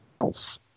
else